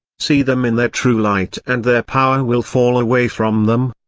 see them in their true light and their power will fall away from them.